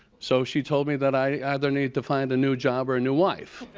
so she told me that i either need to find a new job or and new wife.